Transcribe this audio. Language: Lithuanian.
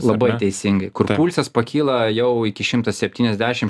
labai teisingai kur pulsas pakyla jau iki šimtas septyniasdešim